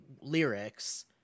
lyrics